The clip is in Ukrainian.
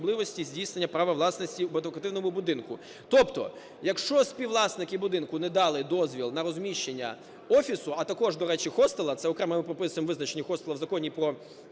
Дякую.